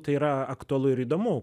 tai yra aktualu ir įdomu